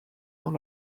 dans